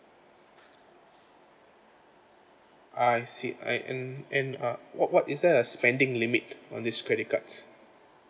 I see and and and uh what what is there a spending limit on this credit cards